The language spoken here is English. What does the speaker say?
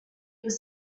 was